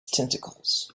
tentacles